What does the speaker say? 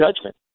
judgment